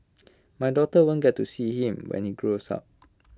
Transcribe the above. my daughter won't get to see him when she grows up